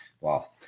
Wow